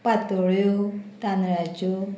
पातोळ्यो तांदळाच्यो